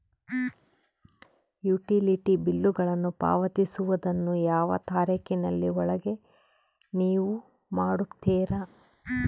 Utility ಬಿಲ್ಲುಗಳನ್ನು ಪಾವತಿಸುವದನ್ನು ಯಾವ ತಾರೇಖಿನ ಒಳಗೆ ನೇವು ಮಾಡುತ್ತೇರಾ?